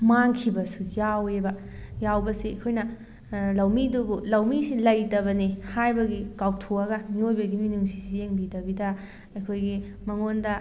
ꯃꯥꯡꯈꯤꯕꯁꯨ ꯌꯥꯎꯋꯦꯕ ꯌꯥꯎꯕꯁꯦ ꯑꯩꯈꯣꯏꯅ ꯂꯧꯃꯤꯗꯨꯕꯨ ꯂꯧꯃꯤꯁꯤ ꯂꯩꯇꯕꯅꯤ ꯍꯥꯏꯕꯒꯤ ꯀꯥꯎꯊꯣꯛꯑꯒ ꯃꯤꯑꯣꯏꯕꯒꯤ ꯃꯤꯅꯨꯡꯁꯤꯁꯤ ꯌꯦꯡꯕꯤꯗꯕꯤꯗ ꯑꯩꯈꯣꯏꯒꯤ ꯃꯉꯣꯟꯗ